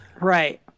Right